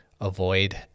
avoid